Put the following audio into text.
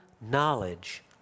knowledge